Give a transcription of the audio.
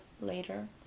later